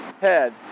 head